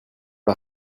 est